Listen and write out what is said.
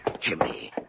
Jimmy